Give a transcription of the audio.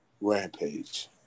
Rampage